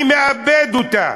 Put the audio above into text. אני מאבד אותה.